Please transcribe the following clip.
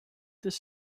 this